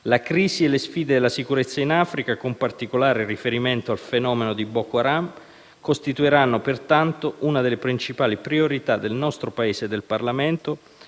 Le crisi e le sfide in materia di sicurezza in Africa, con particolare riferimento al fenomeno di Boko Haram, costituiranno peraltro una delle principali priorità del nostro Paese e del Parlamento